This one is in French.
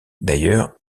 d’ailleurs